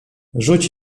rzuć